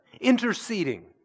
Interceding